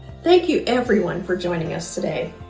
thank you, everyone, for joining us today.